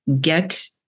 get